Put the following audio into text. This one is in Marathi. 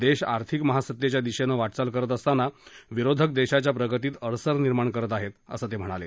देश आर्थिक महासत्तेच्या दिशेनं वाज्ञाल करत असताना विरोधक देशाच्या प्रगतीत अडसर निर्माण करत आहेत असंही ते म्हणाले